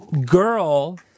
girl